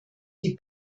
die